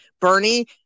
Bernie